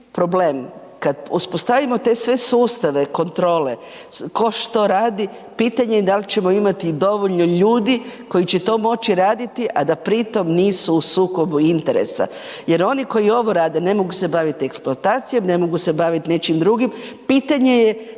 problem kad uspostavimo te sve sustave kontrole, ko što radi, pitanje da li ćemo imati i dovoljno ljudi koji će to moći raditi a da pritom nisu u sukobu interesa jer oni koji ovo rade ne mogu se baviti eksploatacijom, ne mogu se baviti nečim drugim, pitanje je,